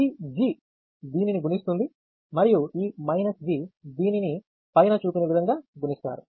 ఈ G దీనిని గుణిస్తుంది మరియు ఈ G దీనిని పైన చూపిన విధంగా గుణిస్తారు